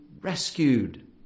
rescued